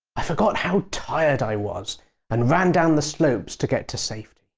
i forgot how tired i was and ran down the slopes to get to safety.